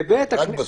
רק בסוף.